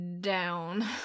down